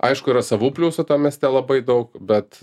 aišku yra savų pliusų mieste labai daug bet